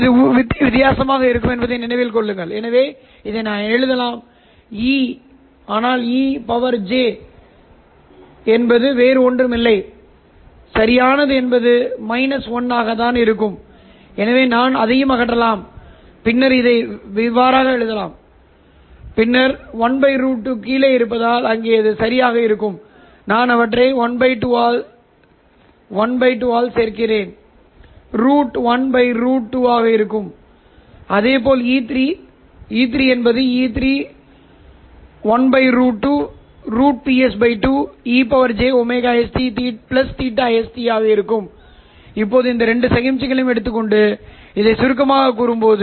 இந்த விஷயங்கள் அனைத்தும் ஒத்திசைவான ரிசீவர் அமைப்பின் செயல்திறனைக் குறைக்கும் நீங்கள் அதைக் கண்காணிக்க முடியாவிட்டால் நீங்கள் சிக்னலை எடுத்துக்கொள்கிறீர்கள் என்பதைக் கண்காணிக்க இப்போது இது மின் களத்தில் உள்ளது நீங்கள் என்ன செய்கிறீர்கள் நீங்கள் இந்த Iphஐ எடுத்துக் கொள்ளுங்கள் சரி இதை ஒரு மைக்ரோவேவ் அல்லது ஒரு RF லோக்கல் ஆஸிலேட்டரால் பெருக்கி அதன் அதிர்வெண் ωIF மற்றும் குறிப்பிட்ட கட்டம் θIF okat ஆகும் பின்னர் இந்த உள்ளூர் ஆஸிலேட்டர் அதிர்வெண் மற்றும் கட்டத்தின் வெளியீட்டின் அடிப்படையில் நீங்கள் சரிசெய்யும் சமிக்ஞையைப் பெறுவீர்கள்